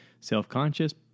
self-conscious